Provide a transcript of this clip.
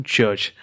Church